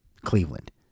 Cleveland